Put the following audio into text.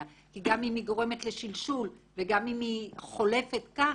כי גם אם היא גורמת לשלשול וגם אם היא חולפת כך,